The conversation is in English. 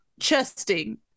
chesting